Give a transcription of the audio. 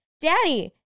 Daddy